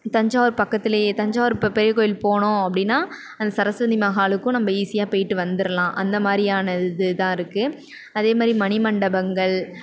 தஞ்சாவூர் பக்கத்துலே தஞ்சாவூர் பெரிய கோவில் போனோம் அப்டினா அந்த சரஸ்வதி மஹாலுக்கும் நம்ம ஈஸியாக போய்ட்டு வந்துடலாம் அந்தமாதிரியான இது தான் இருக்குது அதேமாதிரி மணிமண்டபங்கள்